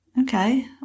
okay